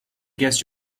guess